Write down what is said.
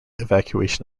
evacuation